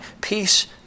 peace